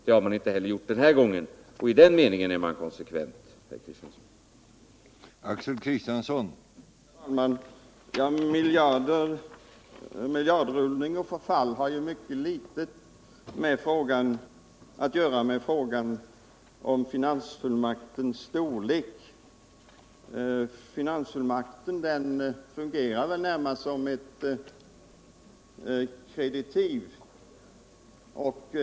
Det har man inte heller den här gången gjort, och i den meningen är man konsekvent, herr Kristiansson.